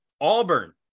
auburn